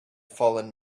fallen